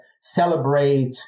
celebrate